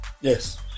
Yes